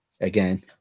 again